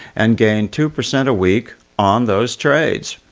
and gain two percent a week on those trades.